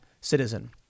citizen